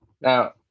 Now